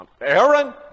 Aaron